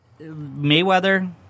Mayweather